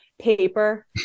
paper